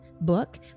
book